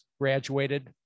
graduated